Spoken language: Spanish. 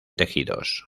tejidos